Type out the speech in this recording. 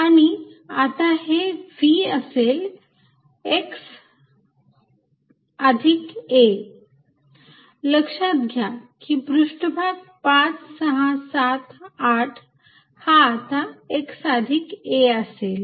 आणि आता हे v असेल xa लक्षात घ्या की पृष्ठभाग 5 6 7 8 हा आता xa असेल